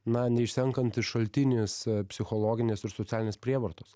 na neišsenkantis šaltinis psichologinės ir socialinės prievartos